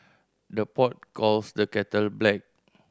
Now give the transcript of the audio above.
the pot calls the kettle black